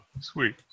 Sweet